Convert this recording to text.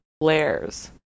layers